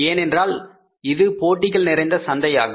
ஏனென்றால் அது போட்டிகள் நிறைந்த சந்தை ஆகும்